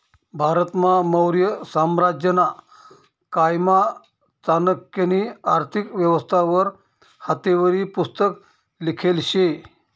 भारतमा मौर्य साम्राज्यना कायमा चाणक्यनी आर्थिक व्यवस्था वर हातेवरी पुस्तक लिखेल शे